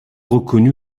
reconnu